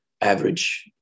average